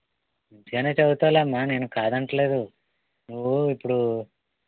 మంచిగానే చదువుతావులే అమ్మా నేను కాదనటం లేదు నువ్వు ఇప్పుడు